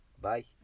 Bye